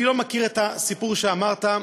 אני לא מכיר את הסיפור שאמרת,